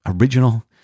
original